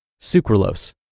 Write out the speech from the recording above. sucralose